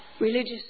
religious